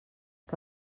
que